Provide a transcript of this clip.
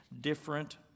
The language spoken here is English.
different